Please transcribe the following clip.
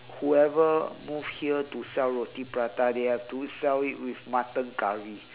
whoever move here to sell roti prata they have to sell it with mutton curry